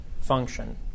function